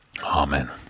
Amen